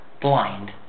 blind